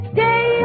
Stay